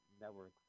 Network